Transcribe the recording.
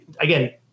again